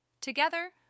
Together